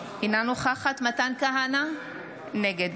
אינה נוכחת מתן כהנא, נגד